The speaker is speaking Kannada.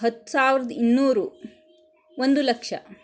ಹತ್ತು ಸಾವಿರದ ಇನ್ನೂರು ಒಂದು ಲಕ್ಷ